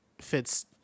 fits